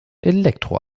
elektro